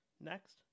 Next